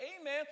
amen